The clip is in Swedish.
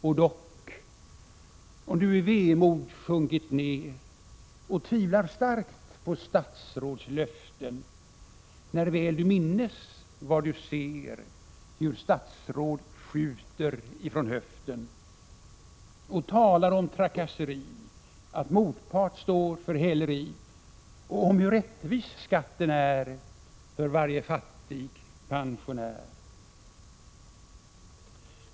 Och dock, om du i vemod sjunkit ner och tvivlar starkt på statsråds löften, när väl du minnes vad du ser och talar om trakasseri, att motpart står för häleri, och om hur rättvis skatten är för varje fattig pensionär.